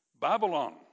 Babylon